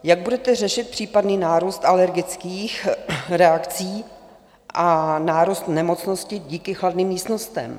Jak budete řešit případný nárůst alergických reakcí a nárůst nemocnosti díky chladným místnostem?